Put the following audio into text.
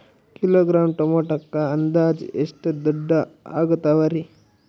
Kilogram ಟೊಮೆಟೊಕ್ಕ ಅಂದಾಜ್ ಎಷ್ಟ ದುಡ್ಡ ಅಗತವರಿ?